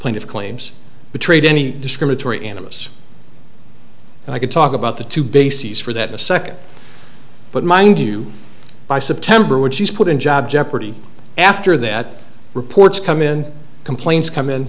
plaintiff's claims betrayed any discriminatory animists and i could talk about the two bases for that a second but mind you by september when she's put in job jeopardy after that reports come in complaints come in